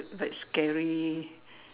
like scary